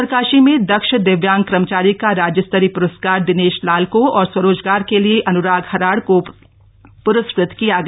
उतरकाशी में दक्ष दिव्यांग कर्मचारी का राज्य स्तरीय प्रस्कार दिनेश लाल को और स्वरोजगार के लिए अनुराग हराण को प्रस्कृत किया गया